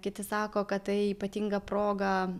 kiti sako kad tai ypatinga proga